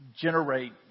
generate